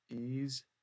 ease